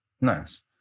Nice